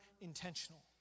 intentional